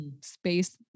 space